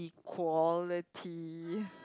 quality